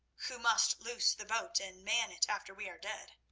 who must loose the boat and man it after we are dead.